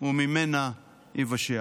וממנה יִוָשֵע".